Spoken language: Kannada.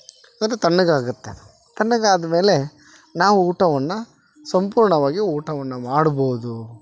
ಅದು ತಣ್ಣಗಾಗುತ್ತೆ ತಣ್ಣಗಾದ್ಮೇಲೆ ನಾವು ಊಟವನ್ನ ಸಂಪೂರ್ಣವಾಗಿ ಊಟವನ್ನ ಮಾಡಬೋದು